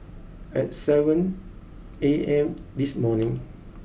at seven A M this morning